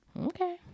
Okay